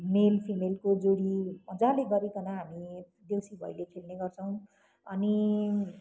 मेल फिमेलको जोडी मजाले गरिकन हामी देउसी भैलो खेल्ने गर्छौँ अनि